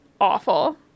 awful